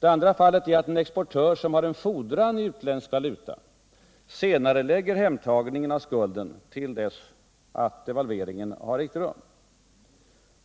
Det andra fallet är att en exportör som har en fordran i utländsk valuta senarelägger hemtagningen av skulden tills devalveringen har ägt rum.